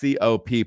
cop